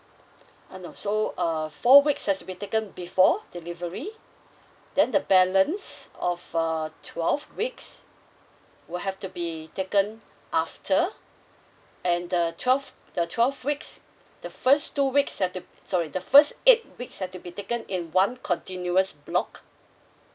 uh no so uh four weeks has to be taken before delivery then the balance of uh twelve weeks will have to be taken after and the twelve the twelve weeks the first two weeks have to sorry the first eight weeks have to be taken in one continuous block